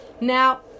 Now